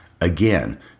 again